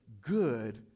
good